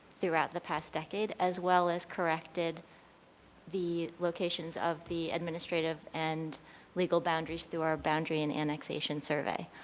throughout the past decade, as well as corrected the locations of the administrative and legal boundaries through our boundary and annexation survey.